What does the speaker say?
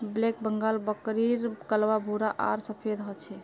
black Bengal बकरीर कलवा भूरा आर सफेद ह छे